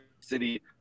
City